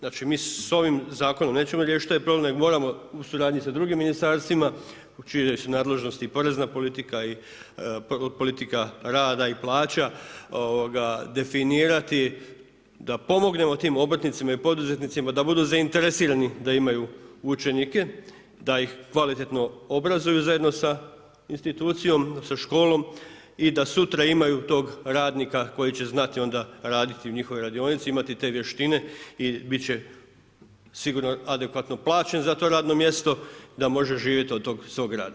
Znači mi sa ovim zakonom nećemo riješiti taj problem nego moramo u suradnji s drugim ministarstvima u čijoj su nadležnosti i porezna politika i politika rada i plaća definirati da pomognemo tim obrtnicima i poduzetnicima da budu zainteresirani da imaju učenike, da ih kvalitetno obrazuju zajedno sa institucijom, sa školom i da sutra imaju tog radnika koji će znati onda raditi u njihovoj radionici i imati te vještine i biti će sigurno adekvatno plaćen za to radno mjesto, da može živjeti od tog svog rada.